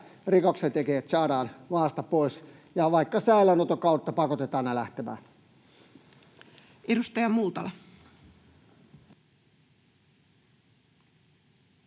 rikoksentekijät saadaan maasta pois, ja vaikka säilöönoton kautta pakotetaan heidät lähtemään. [Speech 245]